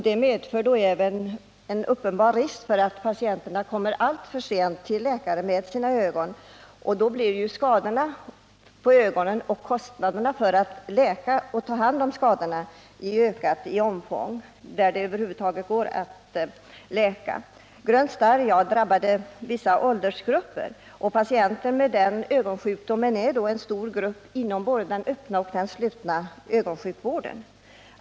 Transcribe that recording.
Det medför en uppenbar risk för att patienterna kommer alltför sent till läkare, och då ökas omfattningen av skadorna på ögonen liksom kostnaderna för att bota sjukdomen och ta hand om skadorna. Följden kan i en del fall bli att sjukdomen inte går att bota över huvud taget. Det har konstaterats att grön starr drabbar vissa åldersgrupper. Patienter med denna ögonsjukdom utgör en stor grupp inom såväl den öppna som den slutna ögonsjukvården.